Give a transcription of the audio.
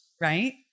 right